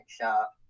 shop